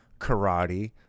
karate